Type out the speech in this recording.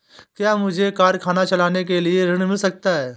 क्या मुझे कारखाना चलाने के लिए ऋण मिल सकता है?